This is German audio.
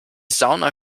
sauna